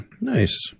Nice